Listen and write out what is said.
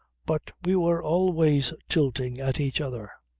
but we were always tilting at each other.